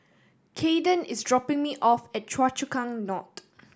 Kaden is dropping me off at Choa Chu Kang North